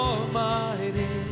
Almighty